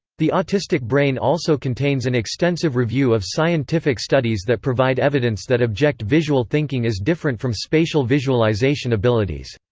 the autistic brain also contains an extensive review of scientific studies that provide evidence that object visual thinking is different from spatial visualization abilities.